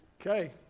Okay